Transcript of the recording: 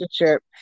relationship